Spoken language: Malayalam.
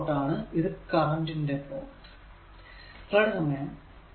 പിന്നെ ഇത് കറന്റ് ന്റെ പ്ലോട്ട്